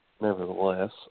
nevertheless